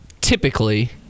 typically –